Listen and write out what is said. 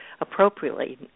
appropriately